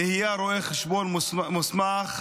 נהיה רואה חשבון מוסמך.